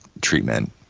treatment